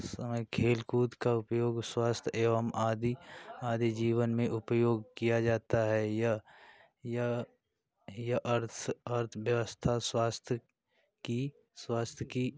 समय खेलकूद का उपयोग स्वस्थ एवं आदि आदि जीवन में उपयोग किया जाता है यह यह यह अर्थ अर्थव्यवस्था स्वास्थ्य की स्वास्थ्य की